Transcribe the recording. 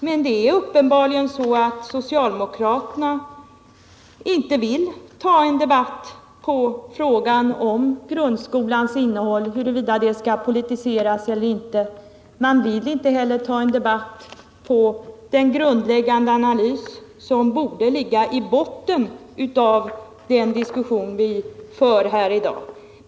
Men det är uppenbarligen så, att socialdemokraterna inte vill ta en debatt beträffande frågan om huruvida grundskolans innehåll skall politiseras eller ej. Inte heller vill man ta en debatt om den grundläggande analys som borde ligga i botten av den diskussion som vi för här i dag.